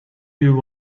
you